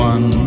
One